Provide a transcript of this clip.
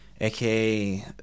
aka